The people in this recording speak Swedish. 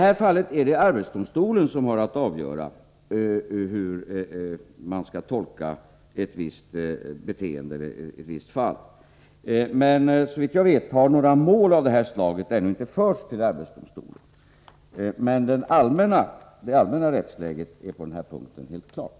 Där är det arbetsdomstolen som har att avgöra hur man skall tolka ett visst beteende i ett visst fall, men såvitt jag vet har några mål av det slaget ännu inte förts till arbetsdomstolen. Det allmänna rättsläget är emellertid på den här punkten helt klart.